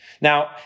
Now